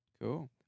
Cool